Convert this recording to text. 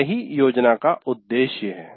यही योजना का उद्देश्य है